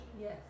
Yes